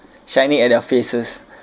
shining at their faces